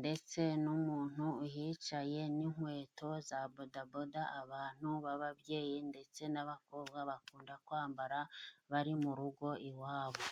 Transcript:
ndetse n'umuntu uhicaye n'inkweto za bodaboda， abantu b'ababyeyi ndetse n'abakobwa bakunda kwambara，bari mu rugo iwabo.